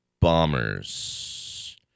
Bombers